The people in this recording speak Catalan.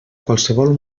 qualsevol